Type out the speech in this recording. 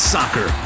Soccer